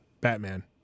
batman